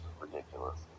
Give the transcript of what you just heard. ridiculous